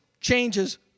changes